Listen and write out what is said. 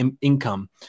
income